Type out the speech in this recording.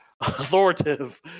authoritative